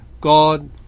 God